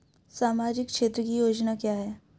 सामाजिक क्षेत्र की योजना क्या है?